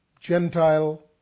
Gentile